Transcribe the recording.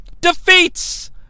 defeats